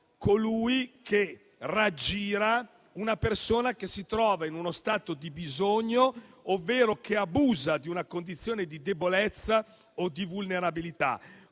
colui che raggira una persona che si trova in uno stato di bisogno ovvero che abusa di una condizione di debolezza o di vulnerabilità,